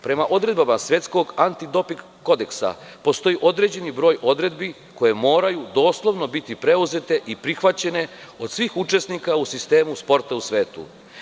Prema odredbama Svetskog anti doping kodeksa postoji podređeni broj odredbi koje moraju doslovno biti preuzete i prihvaćene od svih učesnika u sistemu sporta u svetu.